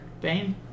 Bane